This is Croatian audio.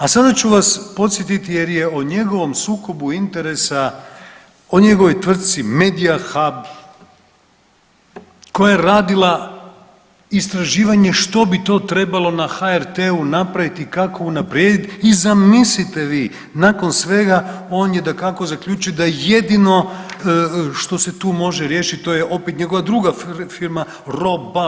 A sada ću vas podsjetiti jer je o njegovom sukobu interesa, o njegovoj tvrtci MediaHUB koja je radila istraživanje što bi to trebalo na HRT-u napraviti i kako unaprijediti i zamislite vi, nakon svega, on je, dakako, zaključio da je jedino što se tu može riješiti, to je opet njegova druga firma, RO.BA.